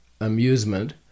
amusement